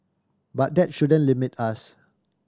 but that shouldn't limit us